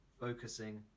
focusing